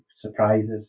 surprises